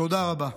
תודה רבה.